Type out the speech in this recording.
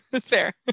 Fair